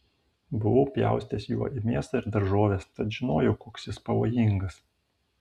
buvau pjaustęs juo mėsą ir daržoves tad žinojau koks jis pavojingas